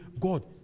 God